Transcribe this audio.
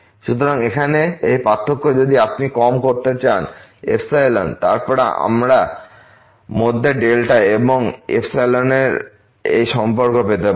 সুতরাং এখানে এই পার্থক্য যদি আপনি কম করতে চান তারপর আমরা মধ্যে এবং এর এই সম্পর্ক পেতে পারি